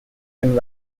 and